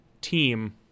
team